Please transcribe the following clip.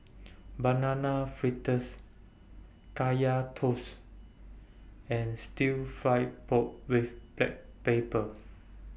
Banana Fritters Kaya Toast and Stir Fried Pork with Black Pepper